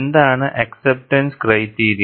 എന്താണ് acceptance criteria